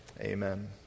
Amen